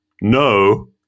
no